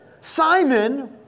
Simon